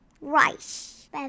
rice